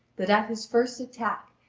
that at his first attack,